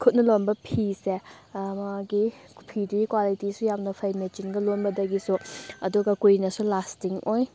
ꯈꯨꯠꯅ ꯂꯣꯟꯕ ꯐꯤꯁꯦ ꯃꯥꯒꯤ ꯐꯤꯗꯨꯒꯤ ꯀ꯭ꯋꯥꯂꯤꯇꯤꯁꯨ ꯌꯥꯝꯅ ꯐꯩ ꯃꯦꯆꯤꯟꯒ ꯂꯣꯟꯕꯗꯒꯤꯁꯨ ꯑꯗꯨꯒ ꯀꯨꯏꯅꯁꯨ ꯂꯥꯁꯇꯤꯡ ꯑꯣꯏ